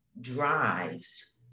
drives